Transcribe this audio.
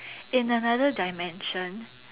in another dimension